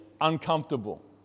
uncomfortable